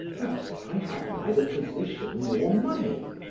but i have neither position nor money.